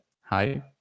Hi